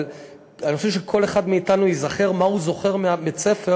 אבל אני חושב שכל אחד מאתנו ייזכר מה הוא זוכר מבית-הספר,